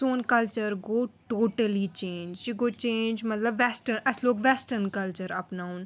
سوٗن کَلچَر گوٚو totally change یہِ گوٚو چینٛج مطلب ویٚسٹٲرٕن اسہِ لوٗگ ویٚسٹٲرٕن کَلچَر اَپناوُن